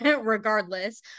regardless